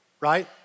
right